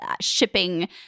shipping